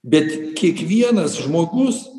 bet kiekvienas žmogus